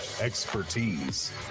expertise